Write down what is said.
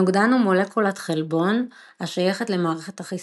נוגדן הוא מולקולת חלבון השייכת למערכת החיסון.